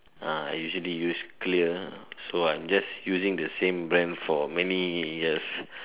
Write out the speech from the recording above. ah I usually use Clear so I'm just using the same brand for many years